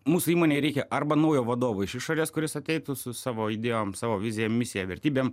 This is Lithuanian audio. mūsų įmonei reikia arba naujo vadovo iš išorės kuris ateitų su savo idėjom savo vizija misija vertybėm